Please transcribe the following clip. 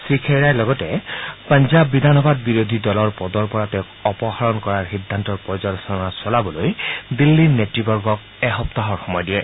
শ্ৰীখেইৰাই লগতে পঞ্জাব বিধানসভাত বিৰোধী দলৰ পদৰ পৰা তেওঁক অপসাৰণ কৰাৰ সিদ্ধান্ত পৰ্যালোচনা চলাবলৈ দিল্লীৰ নেতৃবৰ্গক এসপ্তাহৰ সময় দিয়ে